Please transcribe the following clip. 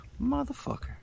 Motherfucker